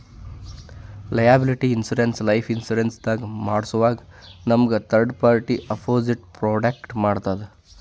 liability insurance life insurance ದಾಗ್ ಮಾಡ್ಸೋವಾಗ್ ನಮ್ಗ್ ಥರ್ಡ್ ಪಾರ್ಟಿ ಅಪೊಸಿಟ್ ಪ್ರೊಟೆಕ್ಟ್ ಮಾಡ್ತದ್